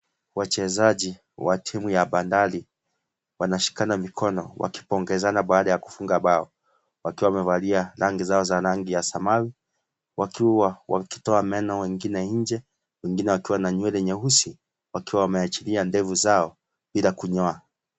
Wachezaji wa timu ya Bandali wanashikana mikono wakipongezana baada ya kufunga bao wakiwa rangi zao za rangi ya samawi wakiwa wakitoa meno wengine nje, wengine wakiwa na nywele nyeusi wakiwa wameachilia ndevu zao bila kunyoa.